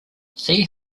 see